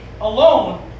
alone